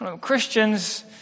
Christians